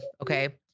Okay